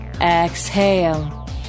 Exhale